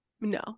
No